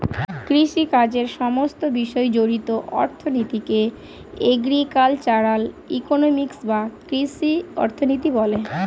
কৃষিকাজের সমস্ত বিষয় জড়িত অর্থনীতিকে এগ্রিকালচারাল ইকোনমিক্স বা কৃষি অর্থনীতি বলে